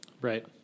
Right